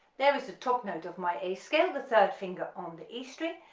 there is the top note of my a scale, the third finger on the e string,